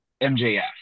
MJF